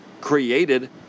created